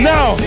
Now